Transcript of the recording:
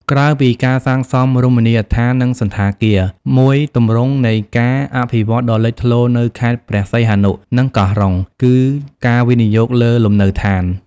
ក្រៅពីការសាងសង់រមណីយដ្ឋាន និងសណ្ឋាគារ មួយទម្រង់នៃការអភិវឌ្ឍន៍ដ៏លេចធ្លោនៅខេត្តព្រះសីហនុ និងកោះរ៉ុង គឺការវិនិយោគលើ លំនៅឋាន។